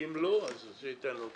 ואם לא אז הוא ייתן לו כסף.